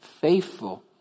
faithful